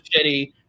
shitty